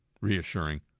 reassuring